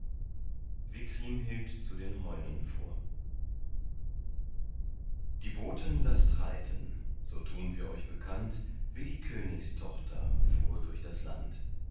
wie kriemhild zu den heunen fuhr die boten laßt reiten so tun wir euch bekannt wie die königstochter fuhr durch das land